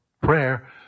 Prayer